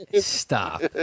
Stop